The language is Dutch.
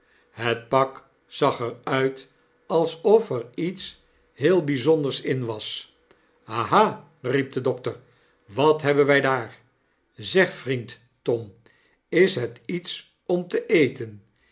het pak zag er uit alsof eriets heel byzonders in was ha ha riep de dokter wat hebben wy daar zeg vriend tom is het iets om te eten